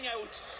out